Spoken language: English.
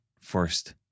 first